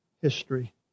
history